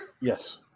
Yes